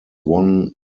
won